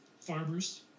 farmers